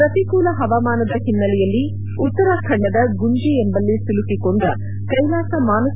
ಶ್ರತೀಕೂಲ ಹವಾಮಾನದ ಹಿನ್ನೆಲೆಯಲ್ಲಿ ಉತ್ತರಾಖಂಡದ ಗುಂಜಿ ಎಂಬಲ್ಲಿ ಸಿಲುಕಿಕೊಂಡ ಕ್ಲೆಲಾಸ ಮಾನಸ